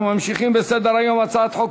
לפני שאני אקריא את התוצאה, רבותי,